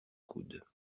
coudes